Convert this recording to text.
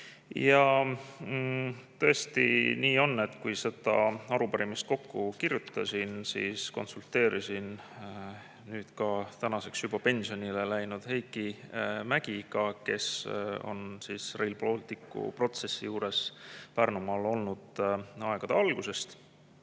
Tõesti nii on, et kui seda arupärimist kokku kirjutasin, siis konsulteerisin tänaseks juba pensionile läinud Heiki Mägiga, kes on Rail Balticu protsessi juures Pärnumaal olnud aegade algusest